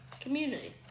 Community